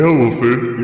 Elephant